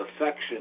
affection